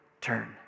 turn